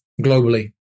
globally